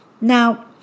Now